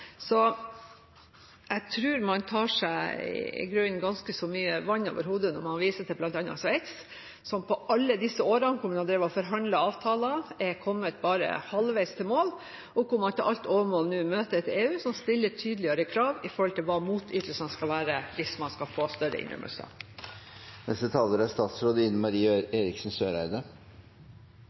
så trøblete mekanismer å møte når man skal eksportere. Jeg tror man tar seg ganske mye vann over hodet når man viser til bl.a. Sveits, som i alle disse årene hvor man har forhandlet om avtaler, er kommet bare halvveis til mål, og hvor man til alt overmål nå møter et EU som stiller tydeligere krav til hva motytelsene skal være, for å få større innrømmelser. Replikkordskiftet er